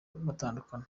batandukana